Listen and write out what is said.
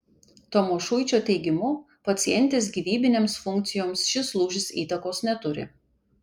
tamošuičio teigimu pacientės gyvybinėms funkcijoms šis lūžis įtakos neturi